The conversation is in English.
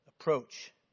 approach